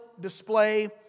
display